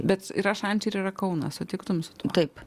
bet yra šančiai ir yra kaunas sutiktum taip